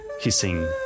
hissing